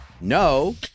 no